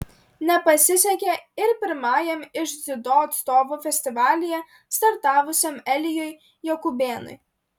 nepasisekė ir pirmajam iš dziudo atstovų festivalyje startavusiam elijui jokubėnui